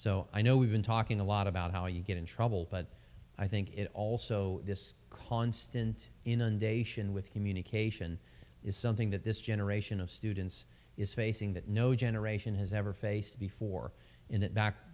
so i know we've been talking a lot about how you get in trouble but i think it also this constant inundation with communication is something that this generation of students is facing that no generation has ever faced before in that back